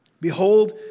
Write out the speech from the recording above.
Behold